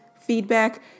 feedback